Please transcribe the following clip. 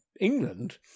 England